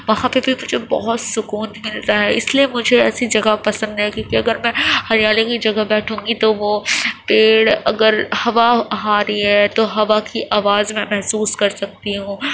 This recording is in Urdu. وہاں پہ بھی مجھے بہت سکون ملتا ہے اس لیے مجھے ایسی جگہ پسند ہے کیونکہ اگر میں ہریالی کی جگہ بیٹھوں گی تو وہ پیڑ اگر ہوا آ رہی ہے تو ہوا کی آواز میں محسوس کر سکتی ہوں